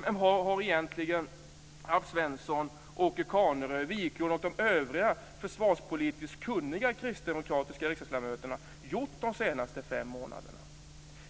Men vad har egentligen Alf Svensson, Åke Carnerö, Margareta Viklund och de övriga försvarspolitiskt kunniga kristdemokratiska riksdagsledamöterna gjort under de senaste fem månaderna?